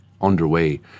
underway